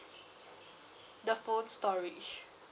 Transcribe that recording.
the phone storage